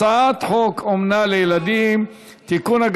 הצעת חוק אומנה לילדים (תיקון,